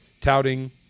touting